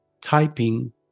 typing